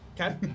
Okay